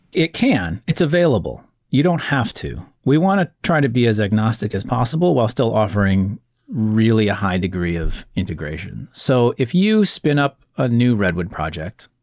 it can. it's available. you don't have to. we want to try to be as agnostic as possible while still offering really a high-degree of integration. so if you spin up a new redwood project,